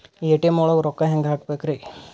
ATM ಒಳಗ್ ರೊಕ್ಕ ಹೆಂಗ್ ಹ್ಹಾಕ್ಬೇಕ್ರಿ?